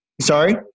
Sorry